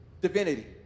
divinity